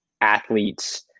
athletes